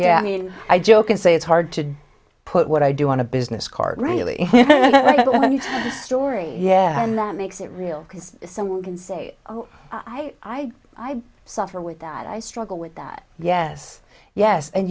yeah i mean i joke and say it's hard to put what i do want to business card really story yeah and that makes it real because someone can say oh i suffer with that i struggle with that yes yes and